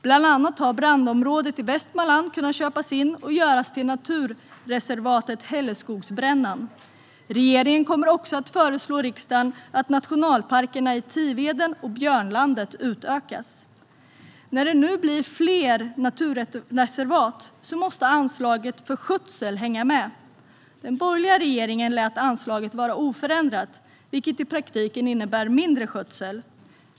Bland annat har brandområdet i Västmanland kunnat köpas in och göras till naturreservatet Hälleskogsbrännan. Regeringen kommer också att föreslå riksdagen att nationalparkerna i Tiveden och Björnlandet utökas. När det nu blir fler naturreservat måste anslaget för skötsel hänga med. Den borgerliga regeringen lät anslaget vara oförändrat, vilket i praktiken innebär mindre skötsel.